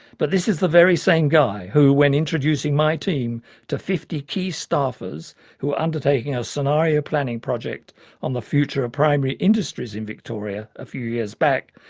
but this is the very same guy who when introducing my team to fifty key staffers who were undertaking a scenario planning project on the future of primary industries in victoria a few years back,